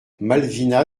malvina